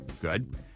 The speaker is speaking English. Good